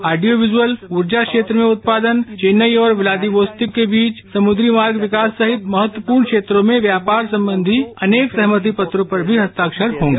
audio visual ऊर्जा क्षेत्र में उत्पादन चेन्नई और क्लादिवोस्तिक के बीच समुद्री मार्ग के विकास सहित महत्वपूर्ण क्षेत्रों में व्यापार संबंधी अनेक सहमति पत्रों पर भी हस्ताक्षर होंगे